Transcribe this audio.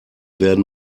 werden